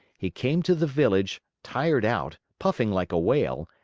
he came to the village, tired out, puffing like a whale,